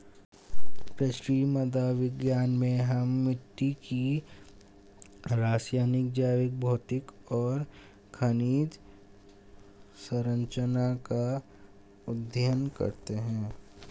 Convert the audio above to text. कृषि मृदा विज्ञान में हम मिट्टी की रासायनिक, जैविक, भौतिक और खनिज सरंचना का अध्ययन करते हैं